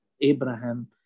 Abraham